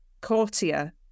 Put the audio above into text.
Courtier